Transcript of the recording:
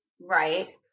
Right